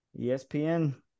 espn